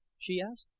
she asked.